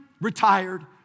retired